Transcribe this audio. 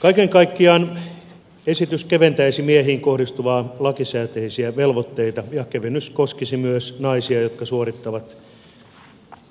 kaiken kaikkiaan esitys keventäisi miehiin kohdistuvia lakisääteisiä velvoitteita ja kevennys koskisi myös naisia jotka suorittavat